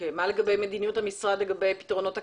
מה לגבי מדיניות המשרד לגבי פתרונות הקצה,